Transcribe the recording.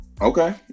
Okay